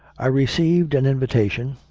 i received an invitation,